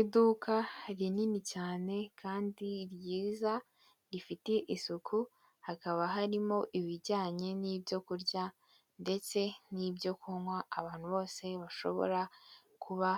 Iduka rinini cyane kandi ryiza rifite isuku hakaba harimo ibijyanye n'ibyo kurya ndetse n'ibyo kunywa abantu bose bashobora kuba